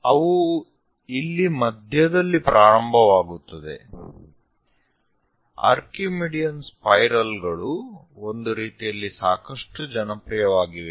ಅವು ಇಲ್ಲಿ ಮದ್ಯದಲ್ಲಿ ಪ್ರಾರಂಭವಾಗುತ್ತದೆ ಆರ್ಕಿಮಿಡಿಯನ್ ಸ್ಪೈರಲ್ ಗಳು ಒಂದು ರೀತಿಯಲ್ಲಿ ಸಾಕಷ್ಟು ಜನಪ್ರಿಯವಾಗಿವೆ